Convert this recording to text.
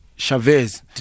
Chavez